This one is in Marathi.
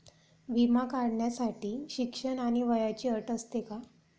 विमा काढण्यासाठी शिक्षण आणि वयाची अट असते का?